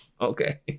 okay